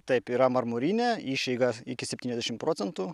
taip yra marmurinė išeiga iki septyniasdešimt procentų